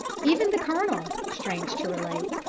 even the colonel, strange to relate,